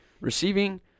receiving